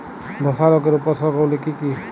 ধসা রোগের উপসর্গগুলি কি কি?